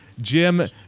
Jim